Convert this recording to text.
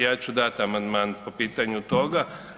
Ja ću dat amandman po pitanju toga.